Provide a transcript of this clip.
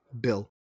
Bill